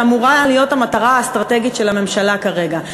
שאמורות להיות המטרה האסטרטגית של הממשלה כרגע?